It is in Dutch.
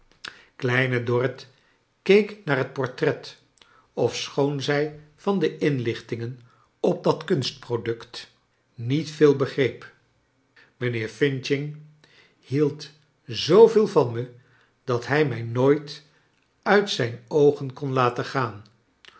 kleine dorrit keek naar het portret ofschoon zij van de inlichtingen op dat kunstproduct niet veel begreep mijnheer f hield zoo veel van me dat hij mij nooit uit zijn oogen kon laten gaan